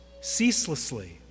ceaselessly